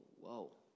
whoa